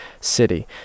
city